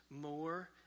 more